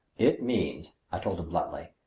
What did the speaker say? it means, i told him bluntly,